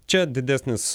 čia didesnis